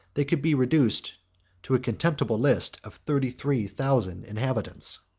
they could be reduced to a contemptible list of thirty-three thousand inhabitants.